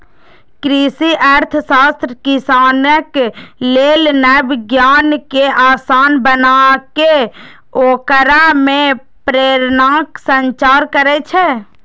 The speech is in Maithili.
कृषि अर्थशास्त्र किसानक लेल नव ज्ञान कें आसान बनाके ओकरा मे प्रेरणाक संचार करै छै